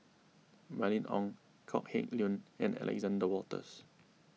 Mylene Ong Kok Heng Leun and Alexander Wolters